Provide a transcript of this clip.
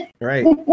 Right